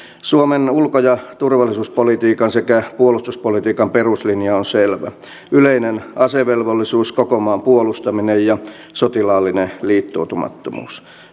suomen ulko ja turvallisuuspolitiikan sekä puolustuspolitiikan peruslinja on selvä yleinen asevelvollisuus koko maan puolustaminen ja sotilaallinen liittoutumattomuus